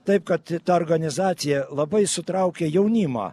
taip kad ta organizacija labai sutraukia jaunimą